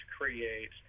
create